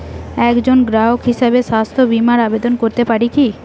একজন গ্রাহক হিসাবে স্বাস্থ্য বিমার আবেদন করতে পারি কি?